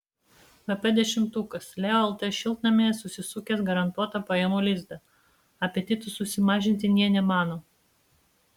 vp dešimtukas leo lt šiltnamyje susisukęs garantuotą pajamų lizdą apetitų susimažinti nė nemano